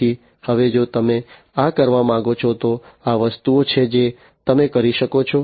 તેથી હવે જો તમે આ કરવા માંગો છો તો આ વસ્તુઓ છે જે તમે કરી શકો છો